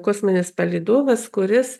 kosminis palydovas kuris